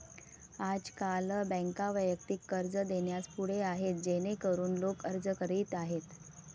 आजकाल बँका वैयक्तिक कर्ज देण्यास पुढे आहेत जेणेकरून लोक अर्ज करीत आहेत